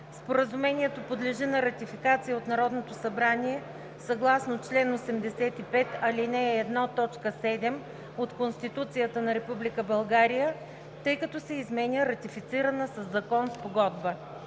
Споразумението подлежи на ратификация от Народното събрание съгласно чл. 85, ал. 1, т. 7 от Конституцията на Република България, тъй като се изменя ратифицирана със Закон спогодба.